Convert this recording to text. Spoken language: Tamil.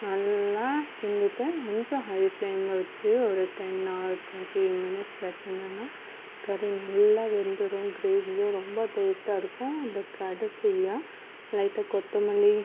நல்லா கிண்டிவிட்டு கொஞ்சம் ஹை ஃப்லேமில் வச்சு ஒரு டென் ஆர் டுவெண்டி மினிட்ஸ் வச்சிங்கன்னா கறி நல்லா வெந்துடும் க்ரேவியும் ரொம்ப டேஸ்ட்டாக இருக்கும் இது கடைசியில் லைட்டாக கொத்தமல்லி